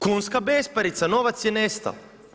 Kunska besparica, novac je nestao.